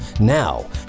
Now